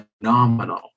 phenomenal